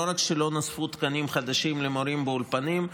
לא רק שלא נוספו תקנים חדשים למורים באולפנים,